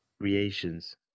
creations